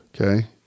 Okay